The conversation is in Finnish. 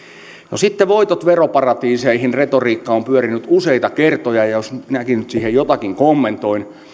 no sitten voitot veroparatiiseihin retoriikka on pyörinyt useita kertoja ja ja jos minäkin nyt siihen jotakin kommentoin